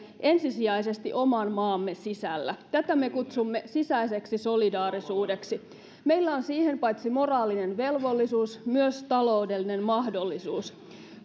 ensisijaisesti oman maamme sisällä tätä me kutsumme sisäiseksi solidaarisuudeksi meillä on siihen paitsi moraalinen velvollisuus myös taloudellinen mahdollisuus